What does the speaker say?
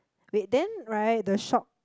wait then right the shop